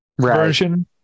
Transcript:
version